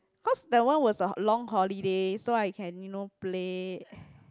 cause that one was a long holiday so I can you know play